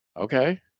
Okay